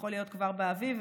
שיכול להיות כבר באביב,